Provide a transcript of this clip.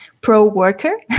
pro-worker